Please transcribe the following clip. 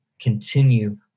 continue